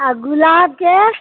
आ गुलाबके